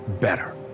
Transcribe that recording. better